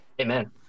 Amen